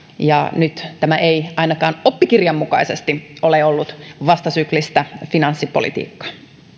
ja nyt tämä ei ainakaan oppikirjan mukaisesti ole ollut vastasyklistä finanssipolitiikkaa